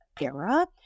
era